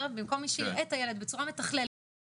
במקום מי שיראה את הילד בצורה מתכללת וילווה